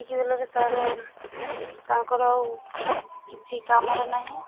ସେତିକି ବେଲରେ ତାରର ତାଙ୍କର ଆଉ କିଛି କାମରେ ନାହିଁ